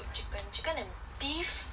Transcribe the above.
chicken chicken and beef